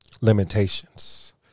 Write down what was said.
Limitations